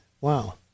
Wow